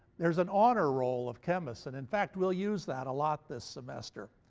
there's an honor roll of chemists, and in fact we'll use that a lot this semester,